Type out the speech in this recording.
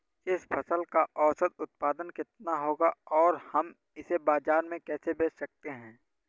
इस फसल का औसत उत्पादन कितना होगा और हम इसे बाजार में कैसे बेच सकते हैं?